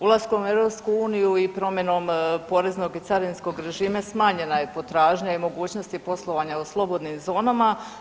Ulaskom u EU i promjenom poreznog i carinskog režima smanjena je potražnja i mogućnosti poslovanja u slobodnim zonama.